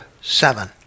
seven